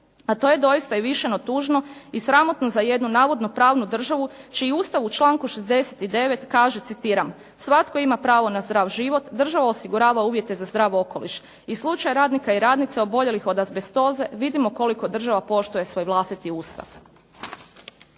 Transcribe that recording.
a to je doista i više no tužno i sramotno za jednu navodno pravnu državu čiji Ustav u članku 69. kaže, citiram svatko ima pravo na zdrav život, država osigurava uvjete za zdrav okoliš. I slučaj radnika i radnica oboljelih od azbestoze vidimo koliko država poštuje svoj vlastiti Ustav.